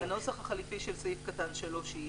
"נוסח חלופי לסעיף קטן (3) במקום סעיף קטן (3)